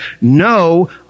no